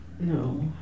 No